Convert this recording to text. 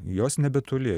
jos nebetoli